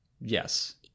Yes